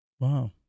Wow